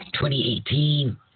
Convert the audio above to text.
2018